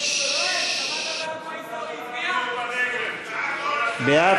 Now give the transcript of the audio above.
20 עד, אז מוסר